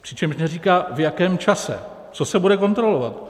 Přičemž neříká, v jakém čase, co se bude kontrolovat.